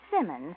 Simmons